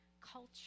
culture